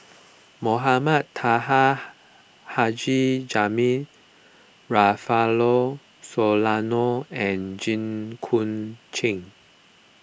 Mohamed Taha Haji Jamil Rufino Soliano and Jit Koon Ch'ng